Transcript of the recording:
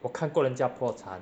我看过人家破产